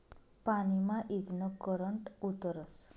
पानी मा ईजनं करंट उतरस